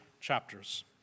chapters